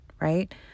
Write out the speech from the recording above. right